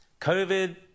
COVID